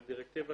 דירקטיבה